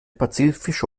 pazifische